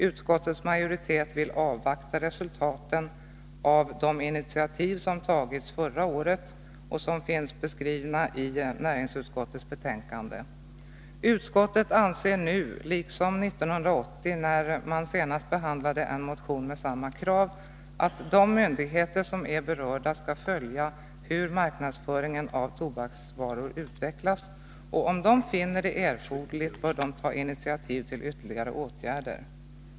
Utskottets majoritet vill avvakta resultaten av de initiativ som togs förra året och som finns beskrivna i näringsutskottets betänkande. Utskottet anser nu — liksom 1980 när utskottet senast behandlade en motion med samma krav — att de myndigheter som är berörda skall följa hur marknadsföringen av tobaksvaror utvecklas. Om de finner det erforderligt, bör de ta initiativ till ytterligare åtgärder.